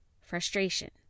Frustration